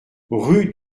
rue